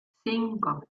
cinco